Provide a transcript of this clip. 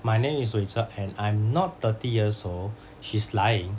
my name is wei zhe and I'm not thirty years or she's lying